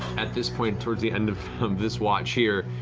at this point, towards the end of this watch here,